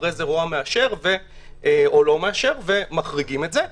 אחרי זה ראש הממשלה מאשר או לא מאשר ומחריגים את זה.